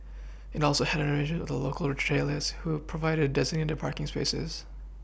it also had arrangements with local retailers who provided designated parking spaces